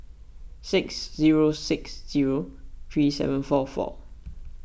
six zero six zero three seven four four